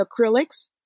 acrylics